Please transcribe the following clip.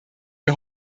wir